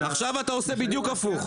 עכשיו אתה עושה בדיוק הפוך.